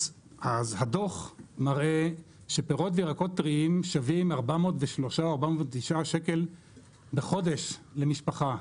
אז הדוח מראה שפירות וירקות טריים שווים 403-409 ₪ בחודש למשפחה,